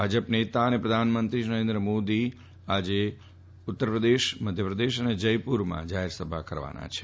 ભાજપ નેતા અને પ્રધાનમંત્રી શ્રી નરેન્દ્ર મોદી આજે ઉત્તર પ્રદેશ મધ્યપ્રદેશ અને જયપુરમાં જાહેર સભા કરશે